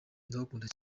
ndawukunda